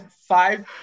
five